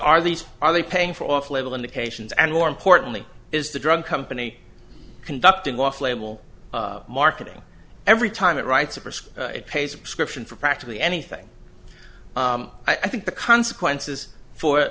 are these are they paying for off label indications and more importantly is the drug company conducting off label marketing every time it writes of risk pays a prescription for practically anything i think the consequences for